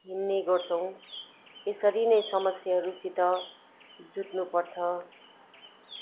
हिँड्ने गर्छौँ यसरी नै समस्याहरूसित जुझ्नु पर्छ